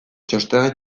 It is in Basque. txostenak